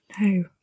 no